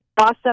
Awesome